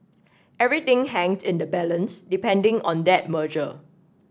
everything hangs in the balance depending on that merger